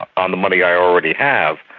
on the money i already have.